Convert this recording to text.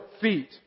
feet